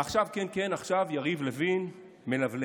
ועכשיו, כן, כן, עכשיו יריב לוין מלבלב,